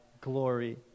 glory